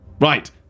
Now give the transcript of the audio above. Right